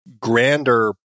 grander